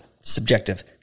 Subjective